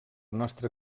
nostra